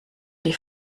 die